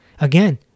Again